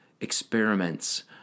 experiments